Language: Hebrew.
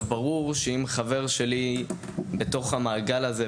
ברור שאם חבר שלי נמצא בתוך המעגל הזה,